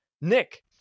Nick